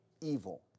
evil